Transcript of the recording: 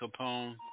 Capone